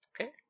Okay